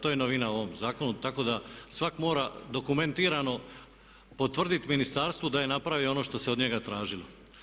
To je novina u ovom zakonu tako da svak mora dokumentirano potvrditi ministarstvu da je napravio ono što se od njega tražilo.